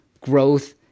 growth